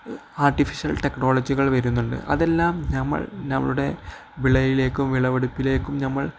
artificial ടെക്നോളജികൾ വരുന്നുണ്ട് അതെല്ലാം നമ്മൾ നമ്മുടെ വിളയിലേക്കും വിളവെടുപ്പിലേക്കും നമ്മൾ